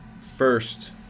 first